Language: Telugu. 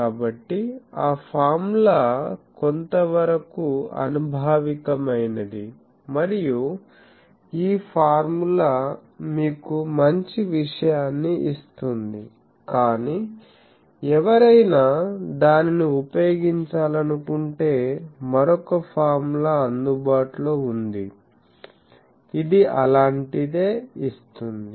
కాబట్టి ఆ ఫార్ములా కొంతవరకు అనుభావికమైనది మరియు ఈ ఫార్ములా మీకు మంచి విషయాన్ని ఇస్తుంది కానీ ఎవరైనా దానిని ఉపయోగించాలనుకుంటే మరొక ఫార్ములా అందుబాటులో ఉంది ఇది అలాంటిదే ఇస్తుంది